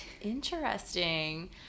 Interesting